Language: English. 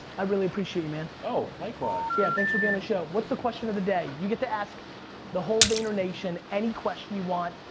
i really appreciate you man. oh, likewise. yeah thanks for being on the show. what's the question of the day? you get to ask the whole vayner nation any question you want.